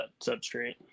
substrate